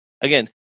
Again